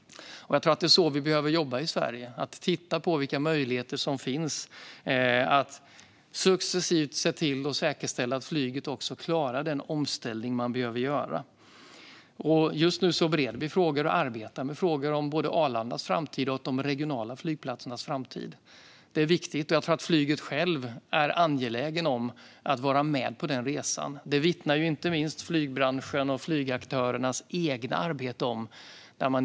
Jag tror att det är så vi behöver jobba i Sverige. Jag tror att vi behöver titta på vilka möjligheter som finns att successivt se till att säkerställa att flyget klarar den omställning man behöver göra. Just nu bereder vi frågor och arbetar med frågor om både Arlandas framtid och de regionala flygplatsernas framtid. Detta är viktigt, och jag tror att flyget självt är angeläget om att vara med på den resan. Det vittnar inte minst flygbranschens och flygaktörernas eget arbete om.